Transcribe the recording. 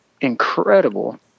incredible